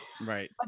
Right